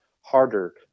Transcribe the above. harder